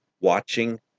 watching